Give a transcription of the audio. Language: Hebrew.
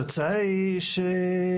התחנכתי בו.